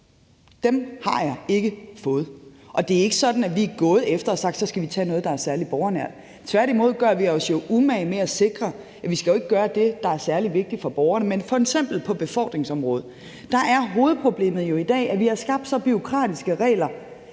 Dem har jeg ikke fået. Og det er ikke sådan, at vi så er gået efter at tage noget, der er særlig borgernært. Tværtimod gør vi os jo umage med at sikre, at det ikke går ud over det, der er særlig vigtigt for borgerne. Men f.eks. er hovedproblemet på befordringsområdet jo i dag, at vi har skabt så bureaukratiske regler,